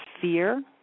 fear